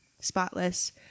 spotless